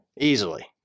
Easily